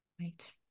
Right